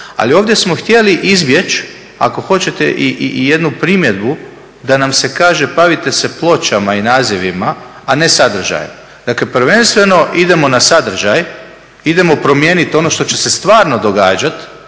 Ali ovdje smo htjeli izbjeći ako hoćete i jednu primjedbu da nam se kaže bavite se pločama i nazivima, a ne sadržajem. Dakle, prvenstveno idemo na sadržaj, idemo promijeniti ono što će se stvarno događati.